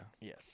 Yes